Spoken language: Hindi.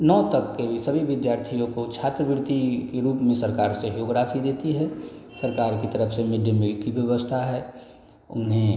नौ तक के भी सभी विद्यार्थियों को छात्रवृत्ति के रूप में सरकार सहयोग राशि देती है सरकार की तरफ से मिड डे मिल की व्यवस्था है उन्हें